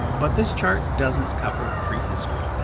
but this chart doesn't cover prehistory.